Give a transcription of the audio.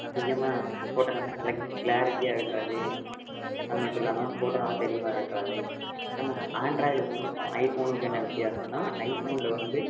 அதிகமாக இந்த ஃபோட்டோவெல்லாம் நல்ல க்ளாரிட்டியாக இருக்காது அது மட்டும் இல்லாமல் ஃபோட்டோ நல்லா தெளிவாக இருக்காது நம்ம ஆண்ட்ராய்டு ஃபோனுக்கும் ஐஃபோனுக்கு என்ன வித்தியாசம்னால் ஐஃபோனில் வந்து